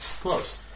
close